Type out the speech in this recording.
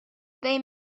they